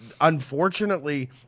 unfortunately